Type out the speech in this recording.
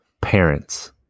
parents